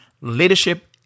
Leadership